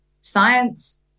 science